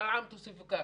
פעם תוסיפו ככה.